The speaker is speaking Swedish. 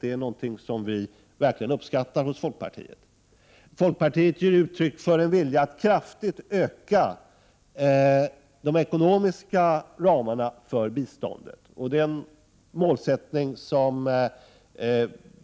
Det är någonting som vi verkligen uppskattar hos folkpartiet. Folkpartiet ger uttryck för en vilja att kraftigt öka de ekonomiska ramarna för biståndet, och det är en målsättning som